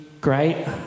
great